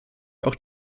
auch